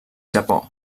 japó